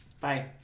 Bye